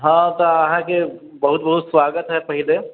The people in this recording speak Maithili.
हँ तऽ अहाँके बहुत बहुत स्वागत हय पहिले